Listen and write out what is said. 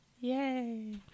Yay